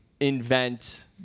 invent